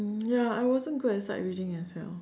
ya I wasn't good at sight reading as well